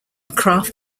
kraft